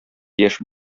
яшь